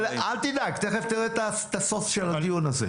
אל תדאג, תכף תראה את הסוף של הדיון הזה.